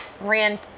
ran